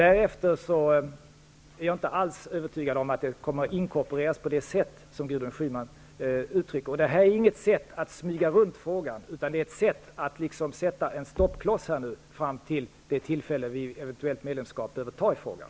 Jag är inte heller övertygad om att WEU kommer att inkorporeras på det sätt som Gudrun Schyman uttrycker det. Detta är inte ett sätt att smyga runt frågan, utan det handlar om att sätta en stoppkloss fram till det tillfälle då vi vid ett eventuellt medlemskap behöver ta i frågan.